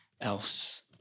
else